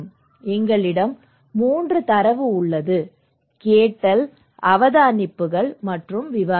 எங்களிடம் மூன்று தரவு உள்ளது கேட்டல் அவதானிப்புகள் மற்றும் விவாதங்கள்